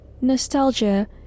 Nostalgia